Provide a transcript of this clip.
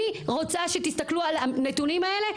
אני רוצה שתתסכלו על הנתונים האלה,